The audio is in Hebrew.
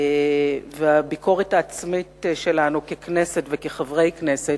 ואחרי הביקורת העצמית שלנו ככנסת וכחברי כנסת,